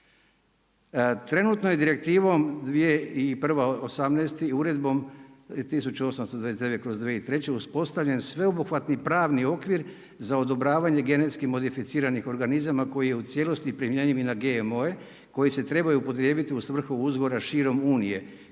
Trenutno je Direktivom 2001./2018. Uredbom 1829/2003. uspostavljen sveobuhvatni pravni okvir za odobravanje genetski modificiranih organizama koji je u cijelosti primjenjiv i na GMO-e koji se trebaju upotrijebiti u svrhu uzgoja širom Unije